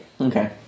Okay